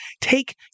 take